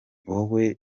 wowe